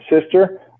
sister